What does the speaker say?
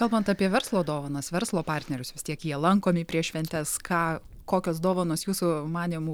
kalbant apie verslo dovanas verslo partnerius vis tiek jie lankomi prieš šventes ką kokios dovanos jūsų manymu